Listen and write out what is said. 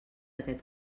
aquest